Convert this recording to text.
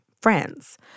friends